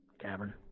Cavern